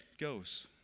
goes